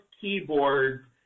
keyboards